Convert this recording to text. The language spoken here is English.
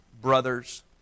brothers